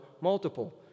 multiple